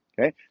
okay